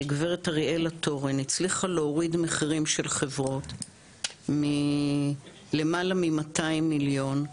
שגברת אריאלה תורן הצליחה להוריד מחירים של חברות מלמעלה מ-200 מיליון.